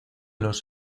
los